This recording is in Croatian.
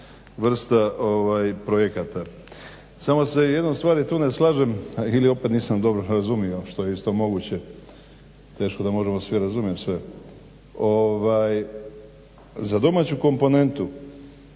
vrsta projekata. Samo se s jednom stvari tu ne slažem ili opet nisam dobro razumio što je isto moguće, teško da možemo svi razumjet sve. Za domaću komponentu